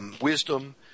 wisdom